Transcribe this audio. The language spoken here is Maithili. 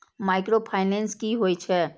माइक्रो फाइनेंस कि होई छै?